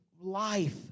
life